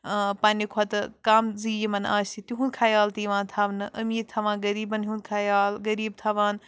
پننٕۍ کھۄتہٕ کَم زِ یِمن آسہِ تِہُنٛد خیال تہِ یِوان تھاونہٕ أمیٖر تھاوان غٔریٖبن ہُنٛد خَیال غٔریٖب تھاوان